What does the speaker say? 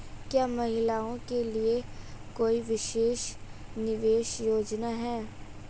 क्या महिलाओं के लिए कोई विशेष निवेश योजना है?